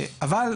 אבל,